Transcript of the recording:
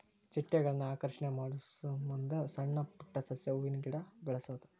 ಚಿಟ್ಟೆಗಳನ್ನ ಆಕರ್ಷಣೆ ಮಾಡುಸಮಂದ ಸಣ್ಣ ಪುಟ್ಟ ಸಸ್ಯ, ಹೂವಿನ ಗಿಡಾ ಬೆಳಸುದು